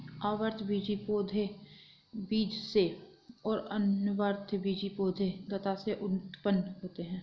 आवृतबीजी पौधे बीज से और अनावृतबीजी पौधे लता से उत्पन्न होते है